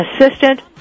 Assistant